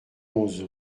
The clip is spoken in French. onze